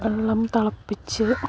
വെള്ളം തിളപ്പിച്ച്